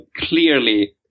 clearly